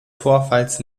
vorfalls